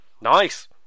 nice